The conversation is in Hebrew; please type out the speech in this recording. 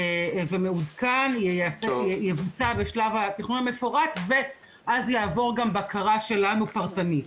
ומעודכן יבוצע בשלב התכנון המפורט ואז יעבור גם בקרה שלנו פרטנית.